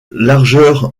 largeur